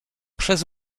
przez